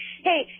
Hey